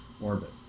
orbit